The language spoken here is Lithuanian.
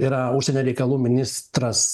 yra užsienio reikalų ministras